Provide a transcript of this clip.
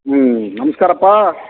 ಹ್ಞೂ ನಮಸ್ಕಾರಪ್ಪ